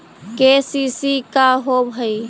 KCC का होव हइ?